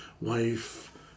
wife